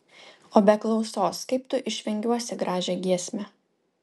o be klausos kaip tu išvingiuosi gražią giesmę